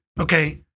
okay